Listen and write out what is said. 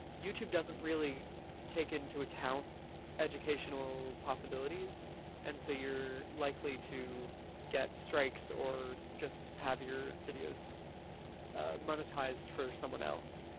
youtube doesn't really take into account educational possibilities and so you're likely to get strikes or just have your videos monetized for someone else.